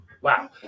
Wow